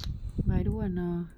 but I don't want ah